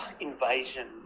invasion